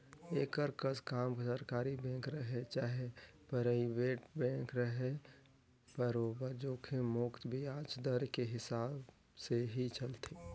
एकर कस काम सरकारी बेंक रहें चाहे परइबेट बेंक रहे बरोबर जोखिम मुक्त बियाज दर के हिसाब से ही चलथे